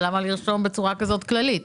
למה לרשום בצורה כזאת כללית?